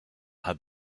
had